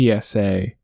PSA